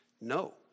No